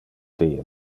die